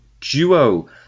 duo